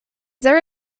there